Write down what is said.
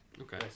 Okay